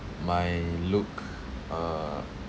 my look uh